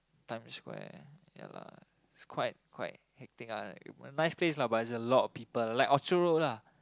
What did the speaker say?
Times-Square ya lah is quite quite hectic lah but nice place lah but a lot of people like Orchard-Road lah